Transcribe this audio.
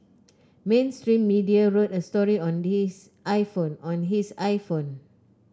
mainstream media wrote a story on this iPhone on his iPhone